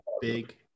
big